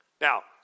Now